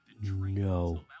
no